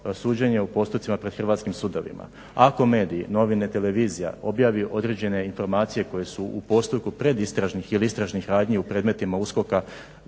suđenje u postupcima pred hrvatskim sudovima. Ako mediji, novine i televizija objavi određene informacije koje su u postupku predistražnih ili istražnih radnji u predmetima USKOK-a